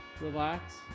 relax